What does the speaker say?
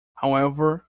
however